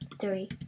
three